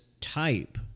type